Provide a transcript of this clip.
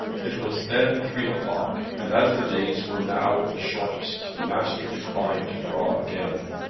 it was then three o'clock and as the days were now at the shortest the master declined to draw again.